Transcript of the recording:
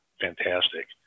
fantastic